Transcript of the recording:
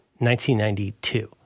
1992